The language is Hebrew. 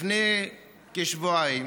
לפני כשבועיים